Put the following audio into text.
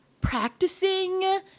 practicing